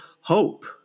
Hope